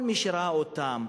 כל מי שראה אותם,